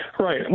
Right